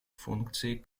функции